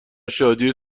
شادی